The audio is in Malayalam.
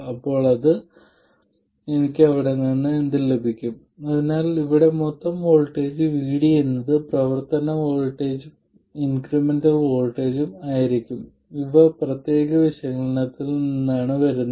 അപ്പോൾ എനിക്ക് അവിടെ നിന്ന് എന്ത് ലഭിക്കും അതിനാൽ ഇവിടെ മൊത്തം വോൾട്ടേജ് VD എന്നത് പ്രവർത്തന പോയിന്റ് വോൾട്ടേജും ഇൻക്രിമെന്റൽ വോൾട്ടേജും ആയിരിക്കും ഇവ പ്രത്യേക വിശകലനത്തിൽ നിന്നാണ് വരുന്നത്